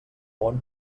món